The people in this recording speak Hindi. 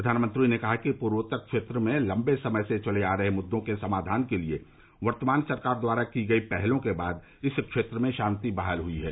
प्रधानमंत्री ने कहा कि पूर्वोत्तर क्षेत्र में लम्बे समय से चले आ रहे मुद्दों के समाधान के लिए वर्तमान सरकार द्वारा की गई पहलों के बाद इस क्षेत्र में शांति बहाल हुई है